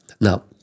Now